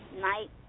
night